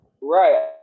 right